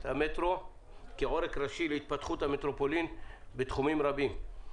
המטרו כעורק ראשי בהתפתחות המטרופולין בתחומים רבים.